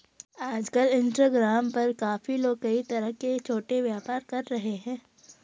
आजकल इंस्टाग्राम पर काफी लोग कई तरह के छोटे व्यापार कर रहे हैं